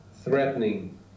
threatening